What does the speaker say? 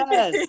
Yes